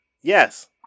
Yes